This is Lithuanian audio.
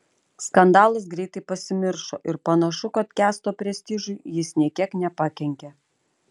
skandalas greitai pasimiršo ir panašu kad kęsto prestižui jis nė kiek nepakenkė